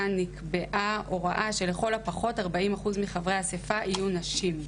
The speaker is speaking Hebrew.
כאן נקבעה הוראה שלכל הפחות 40% מחברי האספה יהיו נשים.